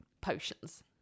potions